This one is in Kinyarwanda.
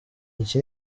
iki